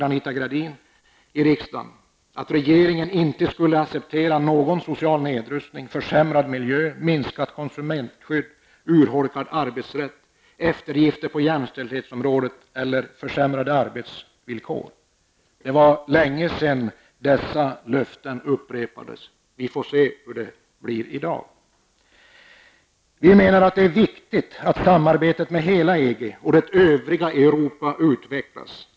Anita Gradin i riksdagen att regeringen ''inte skulle acceptera någon social nedrustning, försämrad miljö, minskat konsumentskydd, urholkad arbetsrätt, eftergifter på jämställdhetsområdet eller försämrade arbersvillkor''. Det var länge sedan dessa löften upprepades. Vi får se hur det blir i dag. Vi menar att det är viktigt att samarbetet med EG och det övriga Europa utvecklas.